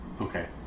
Okay